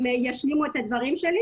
הם ישלימו את דבריי.